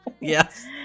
Yes